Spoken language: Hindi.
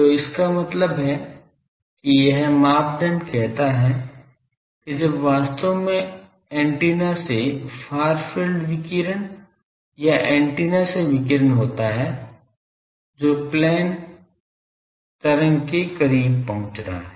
तो इसका मतलब है कि यह मापदंड कहता है कि जब वास्तव में एंटीना से फार फील्ड विकिरण या एंटीना से विकिरण होता है जो प्लेन तरंग के करीब पहुंच रहा है